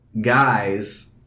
guys